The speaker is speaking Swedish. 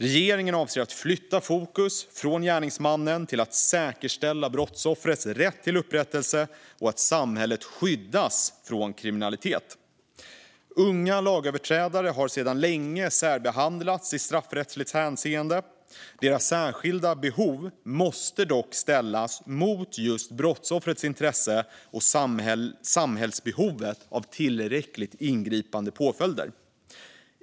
Regeringen avser att flytta fokus från gärningsmannen till säkerställande av brottsoffrets rätt till upprättelse och samhällets skydd mot kriminalitet. Unga lagöverträdare har sedan länge särbehandlats i straffrättsligt hänseende. Deras särskilda behov måste dock ställas mot just brottsoffrets intresse och samhällsbehovet av tillräckligt ingripande påföljder.